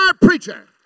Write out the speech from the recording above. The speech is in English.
preacher